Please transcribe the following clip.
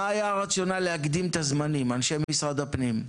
מיכאל מרדכי ביטון (יו"ר ועדת הכלכלה): אנשי משרד הפנים,